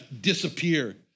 disappear